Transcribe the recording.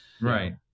Right